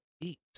eat